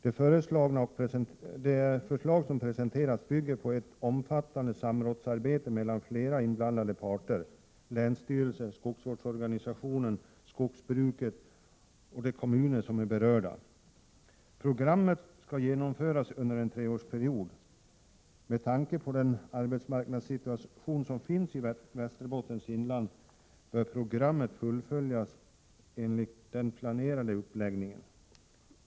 Det förslag som presenterats bygger på ett omfattande samrådsarbete mellan flera inblandade parter: länsstyrelsen, skogsvårdsorganisationen, skogsbruket och de kommuner som är berörda. Programmet skall genomföras under en treårsperiod. Med tanke på den arbetsmarknadssituation som föreligger i Västerbottens inland bör programmet fullföljas i enlighet med den planerade uppläggningen.